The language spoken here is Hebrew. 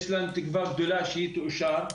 יש לנו תקווה גדולה שהיא תאושר.